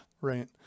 right